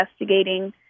investigating